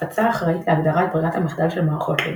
הפצה אחראית להגדרות ברירת המחדל של מערכות לינוקס,